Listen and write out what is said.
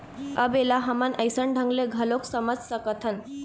अब ऐला हमन अइसन ढंग ले घलोक समझ सकथन